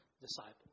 Disciples